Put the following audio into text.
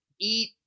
eat